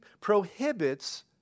prohibits